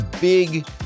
big